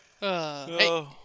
Hey